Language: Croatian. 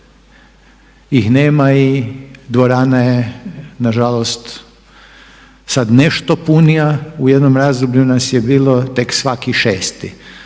ih nema i dvorana je nažalost sad nešto punija, u jednom razdoblju nas je bilo tek svaki 6-i,